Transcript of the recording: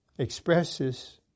expresses